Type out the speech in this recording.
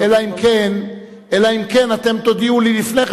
השרים אלא אם כן אתם תודיעו לי לפני כן